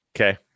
okay